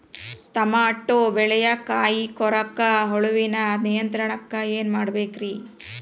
Tomato ಬೆಳೆಯ ಕಾಯಿ ಕೊರಕ ಹುಳುವಿನ ನಿಯಂತ್ರಣಕ್ಕ ಏನ್ ಮಾಡಬೇಕ್ರಿ?